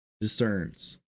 discerns